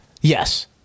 Yes